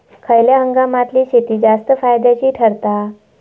खयल्या हंगामातली शेती जास्त फायद्याची ठरता?